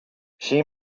she